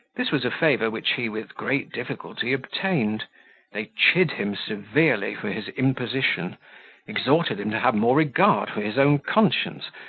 this was a favour which he with great difficulty obtained they chid him severely for his imposition exhorted him to have more regard for his own conscience,